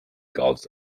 gulls